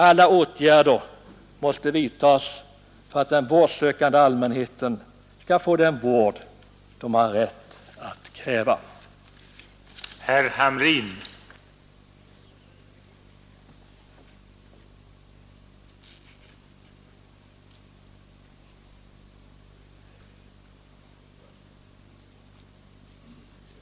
Alla åtgärder måste vidtas för att den vårdsökande allmänheten skall få den vård den har rätt att kräva.